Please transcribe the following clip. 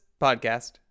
podcast